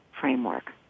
framework